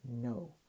No